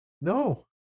No